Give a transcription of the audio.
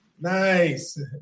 Nice